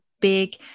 big